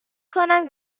کنم